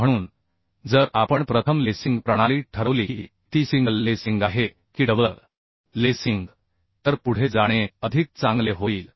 म्हणून जर आपण प्रथम लेसिंग प्रणाली ठरवली की ती सिंगल लेसिंग आहे की डबल लेसिंग तर पुढे जाणे अधिक चांगले होईल